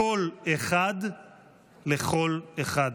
קול אחד לכל אחד.